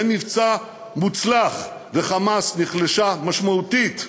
זה מבצע מוצלח, ו"חמאס" נחלשה משמעותית.